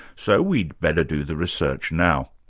so we'd better do the research now.